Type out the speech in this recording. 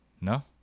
No